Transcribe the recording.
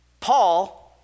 Paul